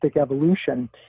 evolution